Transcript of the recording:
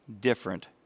different